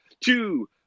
two